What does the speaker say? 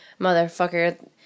motherfucker